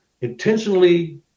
Intentionally